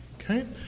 Okay